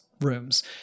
rooms